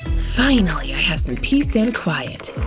finally, i have some peace and quiet!